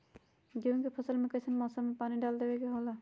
गेहूं के फसल में कइसन मौसम में पानी डालें देबे के होला?